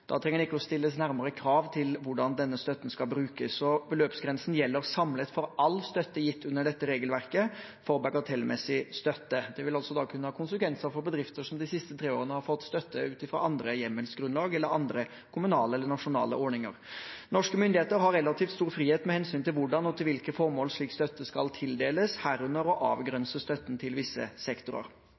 Da trenger man ikke å stille nærmere krav til hvordan denne støtten skal brukes, og beløpsgrensen gjelder samlet for all støtte gitt under dette regelverket for bagatellmessig støtte. Det vil altså kunne ha konsekvenser for bedrifter som de siste tre årene har fått støtte utfra andre hjemmelsgrunnlag eller andre kommunale eller nasjonale ordninger. Norske myndigheter har relativt stor frihet med hensyn til hvordan og til hvilke formål slik støtte skal tildeles, herunder å avgrense støtten til visse sektorer.